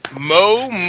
Mo